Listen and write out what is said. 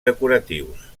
decoratius